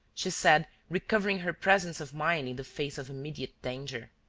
she said, recovering her presence of mind, in the face of immediate danger.